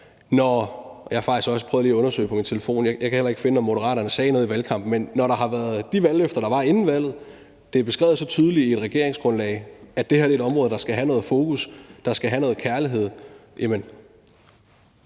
Jeg prøvede faktisk også lige at undersøge det på min telefon, og jeg kan heller ikke finde, at Moderaterne sagde noget om det i valgkampen. Men når der har været de valgløfter, der var inden valget, og når det er beskrevet så tydeligt i regeringsgrundlaget, at det her er et område, der skal have noget fokus og noget kærlighed,